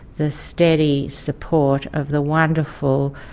the steady support of the wonderful,